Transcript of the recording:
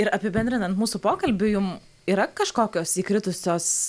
ir apibendrinant mūsų pokalbiu jum yra kažkokios įkritusios